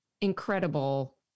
incredible